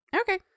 Okay